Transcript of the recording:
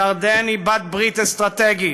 ירדן היא בת ברית אסטרטגית.